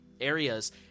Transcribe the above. areas